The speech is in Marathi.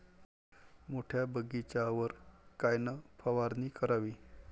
मोठ्या बगीचावर कायन फवारनी करावी?